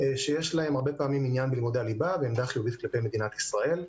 שיש להם הרבה פעמים עניין בלימודי הליבה ועמדה חיובית כלפי מדינת ישראל.